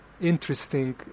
interesting